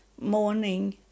morning